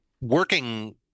working